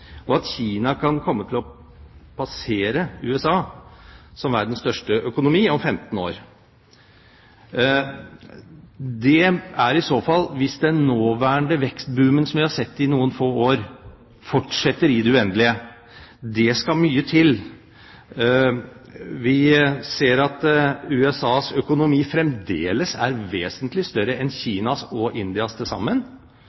og at Kina kan komme til å passere USA som verdens største økonomi om 15 år. Det er i så fall hvis den nåværende vekstboomen som vi har sett i noen få år, fortsetter i det uendelige. Det skal mye til. Vi ser at USAs økonomi fremdeles er vesentlig større enn